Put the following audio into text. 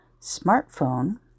smartphone